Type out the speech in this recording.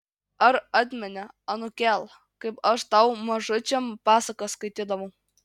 ar atmeni anūkėl kaip aš tau mažučiam pasakas skaitydavau